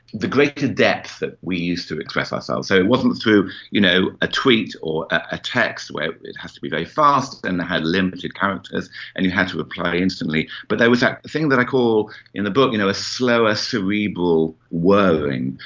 the greater depth that we used to express ourselves. so it wasn't through you know a tweet or a text where it has to be very fast and it had limited characters and you had to reply instantly, but there was that thing that i call in the book you know a slower cerebral whirring,